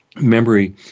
memory